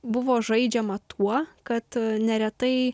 buvo žaidžiama tuo kad neretai